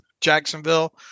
Jacksonville